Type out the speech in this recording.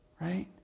Right